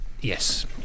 Yes